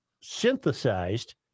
synthesized